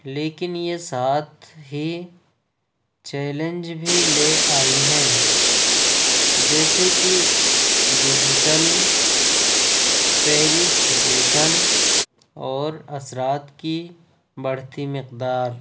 لیکن یہ ساتھ ہی چیلنج بھی لے آئی ہیں جیسے کہ ڈیجیٹل پارٹی سیپیشن اور اثرات کی بڑھتی مقدار